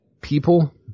people